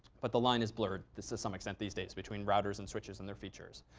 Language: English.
but the line is blurred to some extent these days between routers and switches and their features.